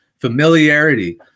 Familiarity